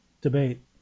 debate